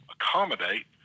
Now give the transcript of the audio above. accommodate